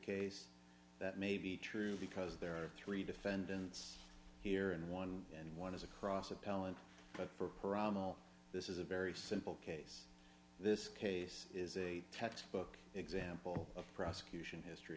case that may be true because there are three defendants here and one and one is across appellant but for pyramidal this is a very simple case this case is a textbook example of prosecution history